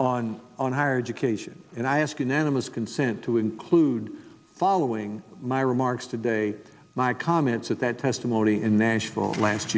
on on higher education and i ask unanimous consent to include following my remarks today my comments at that testimony in nashville last